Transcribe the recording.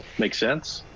makes sense.